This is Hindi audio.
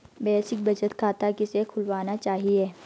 बेसिक बचत खाता किसे खुलवाना चाहिए?